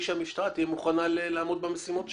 שהמשטרה תהיה מוכנה לעמוד במשימות שלה.